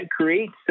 creates